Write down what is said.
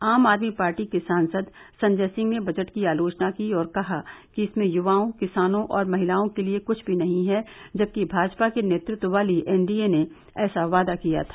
आम आदमी पार्टी के सांसद संजय सिंह ने बजट की आलोचना की और कहा कि इसमें युवाओं किसानों और महिलाओं के लिए कुछ भी नहीं है जबकि भाजपा के नेतृत्व वाली एनडीए ने ऐसा वादा किया था